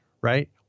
right